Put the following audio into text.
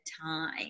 time